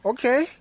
Okay